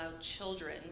children